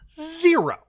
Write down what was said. zero